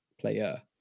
Player